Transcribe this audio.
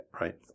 right